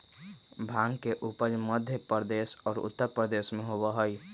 भांग के उपज मध्य प्रदेश और उत्तर प्रदेश में होबा हई